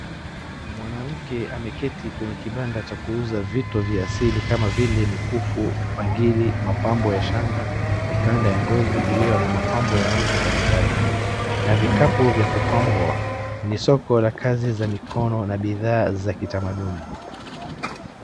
Mwanamke ameketi kwenye kibanda cha kuuza vitu vya asili kama vile mikufu, bangili, mapambo ya shanga, mikanda ya ngozi iliyo na mapambo ya rangi mbalimbali. Na vikapu vya kupambwa. Ni soko la kazi za mikono na bidhaa za kitamaduni.